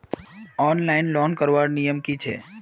Online loan करवार नियम की छे?